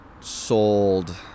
sold